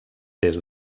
des